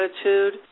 attitude